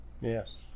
Yes